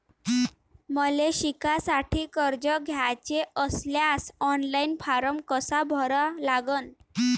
मले शिकासाठी कर्ज घ्याचे असल्यास ऑनलाईन फारम कसा भरा लागन?